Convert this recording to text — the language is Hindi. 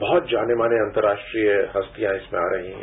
बहुत जानी मानी अंतर्राष्ट्रीय हस्तियां इसमें आ रही हैं